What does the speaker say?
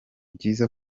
byiza